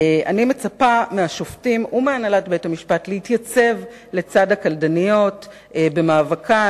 אני מצפה מהשופטים ומהנהלת בתי-המשפט להתייצב לצד הקלדניות במאבקן